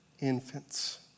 infants